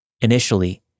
Initially